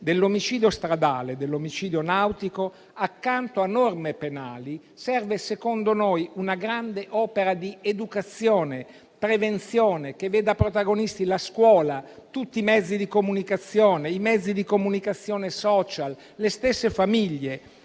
dell'omicidio stradale e dell'omicidio nautico, accanto a norme penali, serve secondo noi una grande opera di educazione e prevenzione, che veda protagonisti la scuola, tutti i mezzi di comunicazione, i *social* e le stesse famiglie.